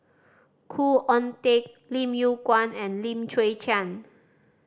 Khoo Oon Teik Lim Yew Kuan and Lim Chwee Chian